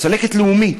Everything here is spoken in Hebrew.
צלקת לאומית.